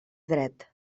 dret